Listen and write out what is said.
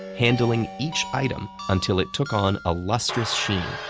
handling each item until it took on a lustrous sheen.